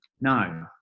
No